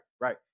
right